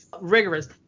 Rigorous